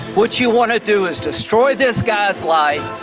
what you want to do is destroy this guy's life.